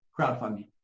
crowdfunding